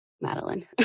Madeline